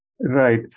Right